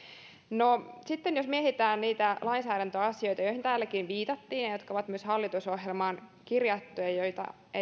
no sitten jos mietitään niitä lainsäädäntöasioita joihin täälläkin viitattiin ja jotka on myös hallitusohjelmaan kirjattu ja joita